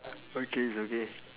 okay it's okay